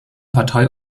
partei